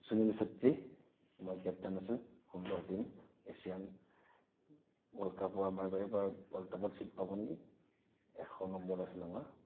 সুনীল ছেত্ৰী আমাৰ কেপ্টেইন আছিল সুন্দৰ টিম এচিয়ান ৱৰ্ল্ডকাপত আমাৰ এইবাৰ ৱৰ্ল্ডকাপত চিট পাব নেকি এশ নম্বৰত আছিলে আমাৰ